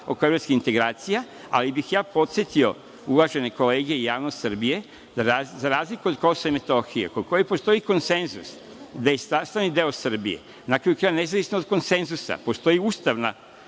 oko evropskih integracija, ali bih ja podsetio uvažene kolege i javnost Srbije da za razliku od Kosova i Metohije kod kojeg postoji konsenzus da je sastavni deo Srbije, na kraju krajeva, nezavisno od konsenzusa postoji ustavna